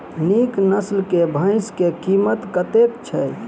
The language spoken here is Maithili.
नीक नस्ल केँ भैंस केँ कीमत कतेक छै?